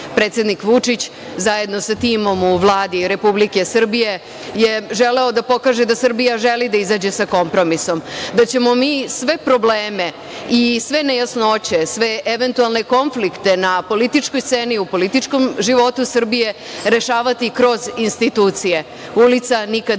većina. Predsednik Vučić zajedno sa timom u Vladi Republike Srbije je želeo da pokaže da Srbija želi da izađe sa kompromisom, da ćemo mi sve probleme i sve nejasnoće, sve eventualne konflikte na političkoj sceni, u političkom životu Srbije rešavati kroz institucije. Ulica nikada